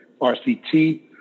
RCT